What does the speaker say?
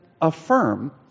affirm